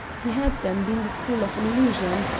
he had, then, been the fool of an illusion!